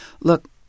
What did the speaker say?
look